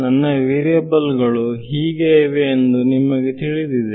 ನನ್ನ ವೇರಿಯಬಲ್ ಗಳು ಹೀಗೆ ಇವೆ ಎಂದು ನಿಮಗೆ ತಿಳಿದಿದೆ